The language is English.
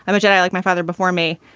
i'm a jedi, like my father before me.